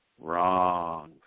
Wrong